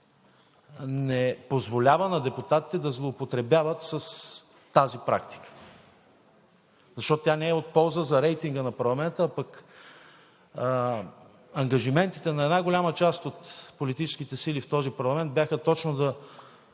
не позволява на депутатите да злоупотребяват с тази практика. Тя не е от полза за рейтинга на парламента, а пък ангажиментите на една голяма част от политическите сили в този парламент бяха точно да